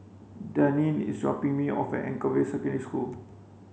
Daneen is dropping me off Anchorvale Secondary School